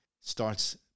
starts